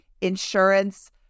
Insurance